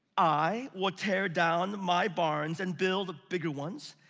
i will tear down my barns and build bigger ones,